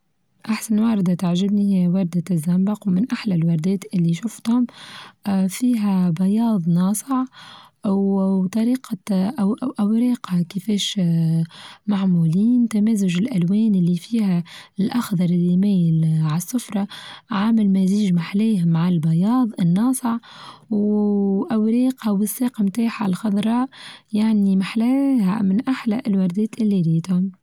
أحسن أنواع اللي بدا تعچبني هي وردة الزنبق ومن أحلى الوردات اللي شفتن اه فيها بياض ناصع وطريقة أوراقها كيفاش اه معمولين تمزج الألوان اللي فيها الأخضر اللي مايل على السفرة عامل مزيج محلاه مع البياظ الناصع وأوراقها والساق بتاعها الخضرا يعني محلاها من أحلى الوردات اللذيذة.